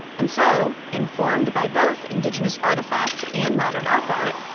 and so informed by both indigenous artifacts and modern op art,